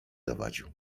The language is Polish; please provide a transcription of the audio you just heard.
zawadził